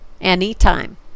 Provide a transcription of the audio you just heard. anytime